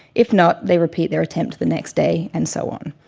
if not, they repeat their attempt the next day, and so on.